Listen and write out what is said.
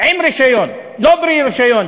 עם רישיון, לא בלי רישיון,